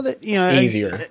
easier